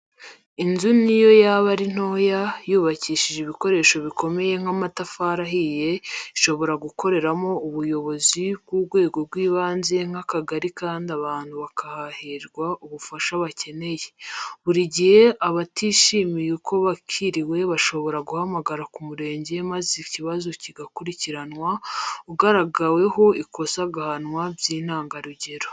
Inzu n'iyo yaba ari ntoya, yubakishije ibikoresho bikomeye nk'amatafari ahiye, ishobora gukoreramo ubuyobozi bw'urwego rw'ibanze nk'akagari kandi abantu bakahaherwa ubufasha bakeneye; buri gihe abatishimiye uko bakiriwe bashobora guhamagara ku murenge maze ikibazo kigakurikiranwa, ugaragaweho ikosa agahanwa by'intangarugero.